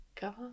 god